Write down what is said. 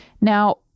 Now